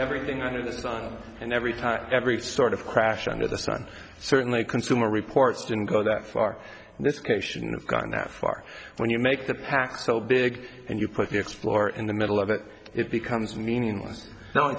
everything under the sun and every time every sort of crash under the sun certainly consumer reports didn't go that far and this case shouldn't have gone that far when you make the pack so big and you put the explorer in the middle of it it becomes meaningless